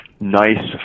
nice